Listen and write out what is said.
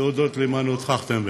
להודות למנואל טרכטנברג,